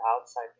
outside